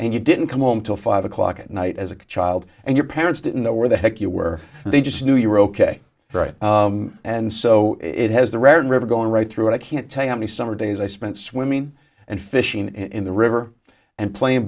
and you didn't come home till five o'clock at night as a child and your parents didn't know where the heck you were they just knew you were ok right and so it has the red river going right through i can't tell you how many summer days i spent swimming and fishing in the river and playing